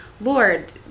Lord